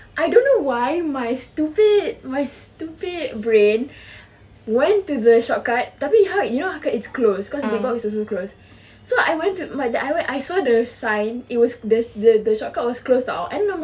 I don't know why my stupid my stupid brain went to the shortcut tapi how you know it's close cause the big box also close so I went to I went I saw the sign and it was the the shortcut was closed [tau] and then I'm like